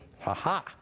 Ha-ha